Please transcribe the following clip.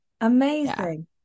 amazing